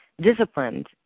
disciplined